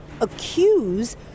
accuse